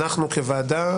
אנחנו כוועדה,